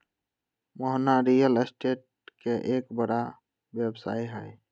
Mohana real estate के एक बड़ा व्यवसायी हई